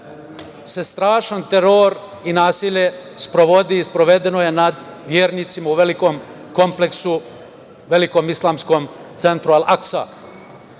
se strašan teror i nasilje sprovodi i sprovedeno je nad vernicima u velikom kompleksu, velikom islamskom centru